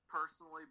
personally